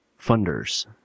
funders